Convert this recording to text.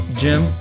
jim